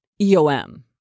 EOM